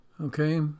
Okay